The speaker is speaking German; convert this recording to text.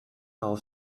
auf